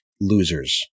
losers